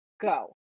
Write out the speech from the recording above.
Go